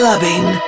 Loving